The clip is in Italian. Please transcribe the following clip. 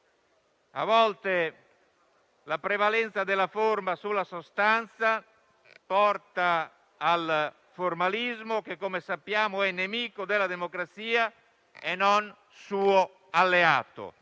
A volte, la prevalenza della forma sulla sostanza porta al formalismo che, come sappiamo, è nemico della democrazia e non suo alleato.